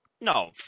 no